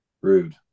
Rude